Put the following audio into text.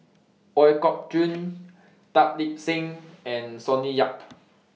Ooi Kok Chuen Tan Lip Seng and Sonny Yap